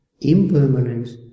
impermanence